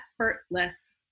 effortless